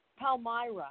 Palmyra